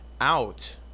out